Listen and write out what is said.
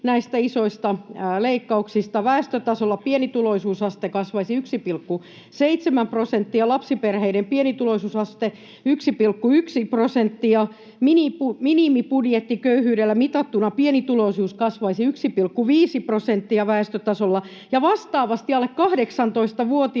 näistä isoista leikkauksista, väestötasolla pienituloisuusaste kasvaisi 1,7 prosenttia, lapsiperheiden pienituloisuusaste 1,1 prosenttia, minimibudjettiköyhyydellä mitattuna pienituloisuus kasvaisi 1,5 prosenttia väestötasolla ja vastaavasti alle 18-vuotiaissa